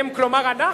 הם, כלומר אנחנו,